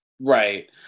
right